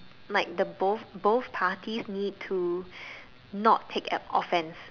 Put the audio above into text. like the both both parties need to not take offense